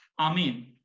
Amen